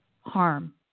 harm